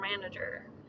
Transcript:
manager